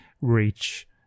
reach